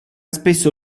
spesso